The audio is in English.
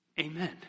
Amen